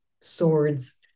swords